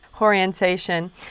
orientation